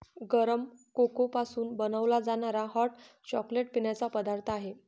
गरम कोको पासून बनवला जाणारा हॉट चॉकलेट पिण्याचा पदार्थ आहे